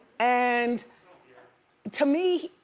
and to me,